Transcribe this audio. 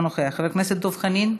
מוותר, חברת הכנסת מיכל רוזין,